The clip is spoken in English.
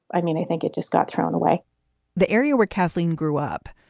i mean, i think it just got thrown away the area where kathleen grew up,